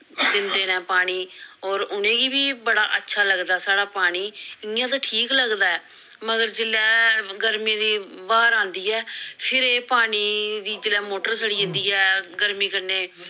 दिंदे न पानी होर उ'नें गी बी अच्छा लगदा साढ़ा पानी इ'यां ते ठीक लगदा ऐ मगर जिसले गर्मी दी ब्हार आंदी ऐ फिर एह् पानी दी जिसले मोटर सड़ी जंदी ऐ गर्मी कन्नै